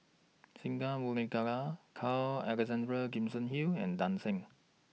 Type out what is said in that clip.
Singai Mukilan Carl Alexander Gibson Hill and Tan Shen